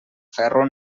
ferro